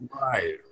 Right